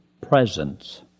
presence